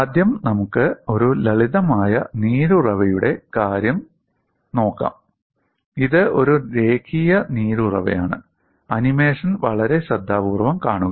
ആദ്യം നമുക്ക് ഒരു ലളിതമായ നീരുറവയുടെ കാര്യം നോക്കാം ഇത് ഒരു രേഖീയ നീരുറവയാണ് ആനിമേഷൻ വളരെ ശ്രദ്ധാപൂർവ്വം കാണുക